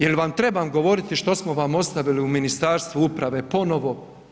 Jel vam trebam govoriti što smo vam ostavili u Ministarstvu uprave ponovo?